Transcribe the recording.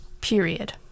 period